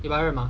一百二十八